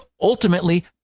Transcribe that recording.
ultimately